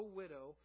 widow